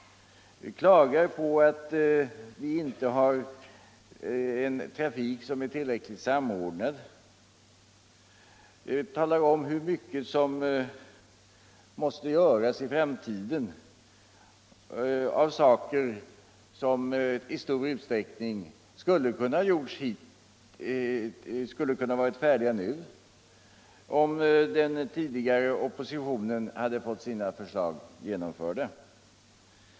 Han klagar på att vi inte har en trafik som är tillräckligt samordnad. Han talar om hur mycket som måste göras i framtiden t fråga om saker som i stor utsträckning skulle kunna ha varit färdiga nu, om den tidigare oppositionen fått sina förslag genomförda.